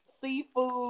Seafood